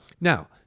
Now